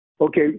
Okay